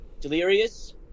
Delirious